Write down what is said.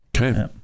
Okay